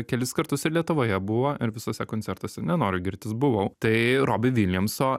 kelis kartus ir lietuvoje buvo ir visuose koncertuose nenoriu girtis buvau tai robi viljamso